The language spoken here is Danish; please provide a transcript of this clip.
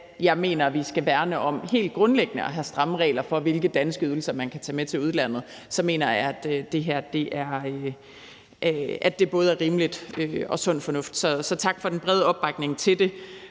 jeg mener, at vi helt grundlæggende skal værne om at have stramme regler for, hvilke danske ydelser man kan tage med til udlandet, så mener jeg, at det her både er rimeligt og sund fornuft. Så tak for den brede opbakning til det.